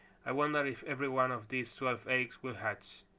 i wonder if every one of these twelve eggs will hatch.